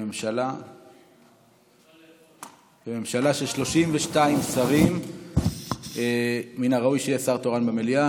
בממשלה של 32 שרים מן הראוי שיהיה שר תורן במליאה.